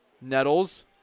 Nettles